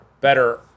better